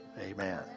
Amen